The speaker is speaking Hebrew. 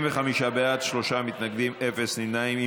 75 בעד, שלושה מתנגדים, אפס נמנעים.